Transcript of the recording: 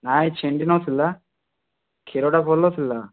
ନାହିଁ ଛିଣ୍ଡିନଥିଲା କ୍ଷୀରଟା ଭଲ ଥିଲା